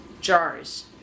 jars